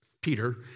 Peter